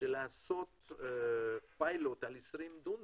שלעשות פיילוט על 20 דונם,